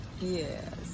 Yes